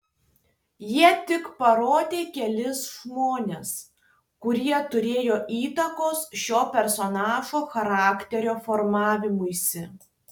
jie tik parodė kelis žmones kurie turėjo įtakos šio personažo charakterio formavimuisi